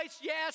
yes